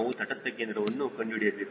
ನಾವು ತಟಸ್ಥ ಕೇಂದ್ರವನ್ನು ಕಂಡುಹಿಡಿಯಬೇಕು